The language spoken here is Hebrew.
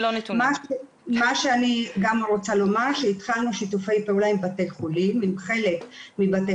מה שאני גם רוצה לומר שהתחלנו שיתופי פעולה עם חלק מבתי